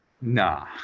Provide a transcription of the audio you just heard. nah